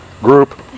group